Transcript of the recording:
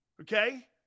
Okay